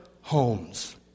homes